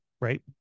right